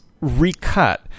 recut